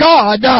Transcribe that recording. God